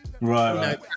right